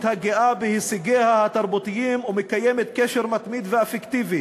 הגאה בהישגיה התרבותיים ומקיימת קשר מתמיד ואפקטיבי